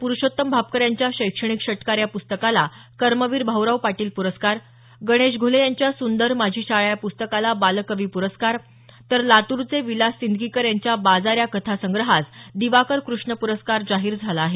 प्रुषोत्तम भापकर यांच्या शैक्षणिक षटकार या प्स्तकाला कर्मवीर भाऊराव पाटील प्रस्कार गणेश घुले यांच्या सुंदर माझी शाळा या प्रस्तकाला बालकवी पुरस्कार तर लातूरचे विलास सिंदगीकर यांच्या बाजार या कथासंग्रहास दिवाकर कृष्ण पुरस्कार जाहीर झाला आहे